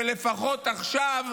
שלפחות עכשיו,